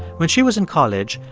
when she was in college,